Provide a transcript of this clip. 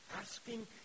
asking